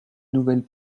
nouvelles